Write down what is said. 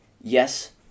Yes